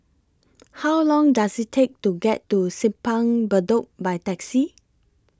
How Long Does IT Take to get to Simpang Bedok By Taxi